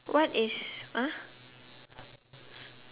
what is !huh!